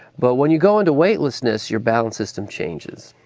but when you go into weightlessness, your balance system changes.